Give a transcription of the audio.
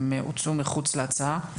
הם הוצאו מחוץ להצעה.